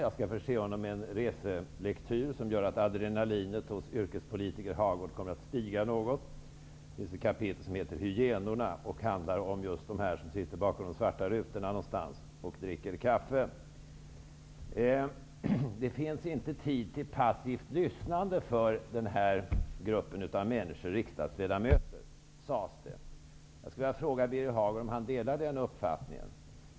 Jag skall förse honom med reselektyr som kommer att göra att adrenalinet hos yrkespolitiker Hagård kommer att stiga något. Det finns ett kapitel som heter Hyenorna och som handlar om dem som sitter bakom dessa svarta rutor och dricker kaffe. Det sades att det inte finns tid till passivt lyssnande för riksdagsledamöterna. Delar Birger Hagård den uppfattningen?